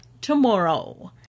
tomorrow